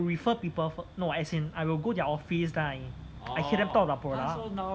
refer people first no as in I will go their office then I hear them talk about the product